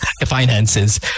finances